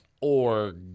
org